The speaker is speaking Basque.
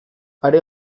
are